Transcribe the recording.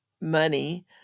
money